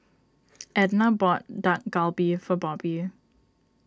Edna bought Dak Galbi for Bobbi